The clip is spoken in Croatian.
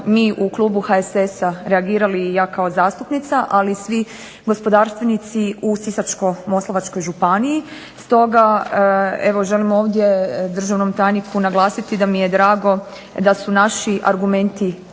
mi u klubu HSS-a reagirali i ja kao zastupnica, ali svi gospodarstvenici u Sisačko-moslavačkoj županiji. Stoga evo želim ovdje državnom tajniku naglasiti da mi je drago da su naši argumenti